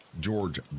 George